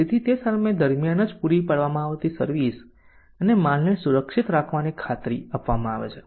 તેથી તે સમય દરમિયાન જ પૂરી પાડવામાં આવતી સર્વિસ અને માલને સુરક્ષિત રાખવાની ખાતરી આપવામાં આવે છે